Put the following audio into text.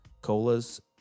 Colas